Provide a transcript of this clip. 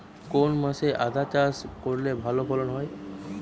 কোন মাসে আদা চাষ করলে ভালো ফলন হয়?